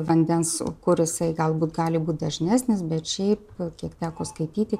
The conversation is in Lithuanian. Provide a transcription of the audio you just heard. vandens kur jisai galbūt gali būt dažnesnis bet šiaip kiek teko skaityti